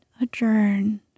adjourn